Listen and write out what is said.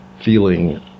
feeling